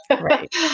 right